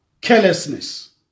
carelessness